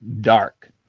Dark